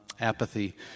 apathy